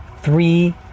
three